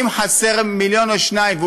אם חסר מיליון או שניים,